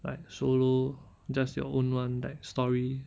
like solo just your own [one] like story